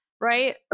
right